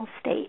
state